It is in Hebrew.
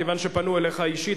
כיוון שפנו אליך אישית,